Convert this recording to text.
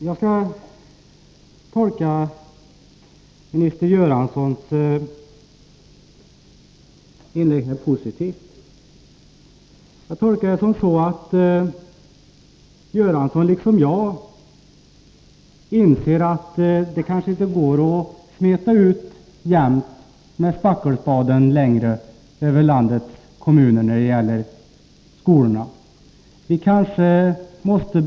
Jag vill tolka statsrådet Göranssons inlägg positivt och utgå ifrån att han, liksom jag, inser att det kanske inte går att smeta ut jämnt med spackelspaden längre när det gäller skolorna i landets kommuner.